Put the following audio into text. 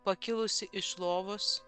pakilusi iš lovos